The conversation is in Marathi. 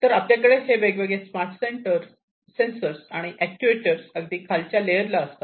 तर आपल्याकडे हे वेगवेगळे स्मार्ट सेंसर आणि अॅक्च्युएटअर अगदी खालच्या लेयर ला असतात